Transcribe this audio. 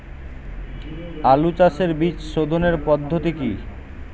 আলু চাষের বীজ সোধনের পদ্ধতি কি?